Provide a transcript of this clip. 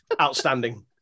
outstanding